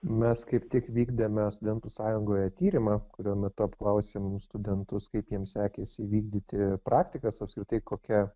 mes kaip tik vykdėme studentų sąjungoje tyrimą kurio metu apklausėm studentus kaip jiems sekėsi įvykdyti praktikas apskritai kokia